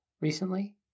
recently